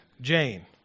Jane